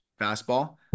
fastball